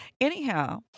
anyhow